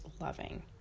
loving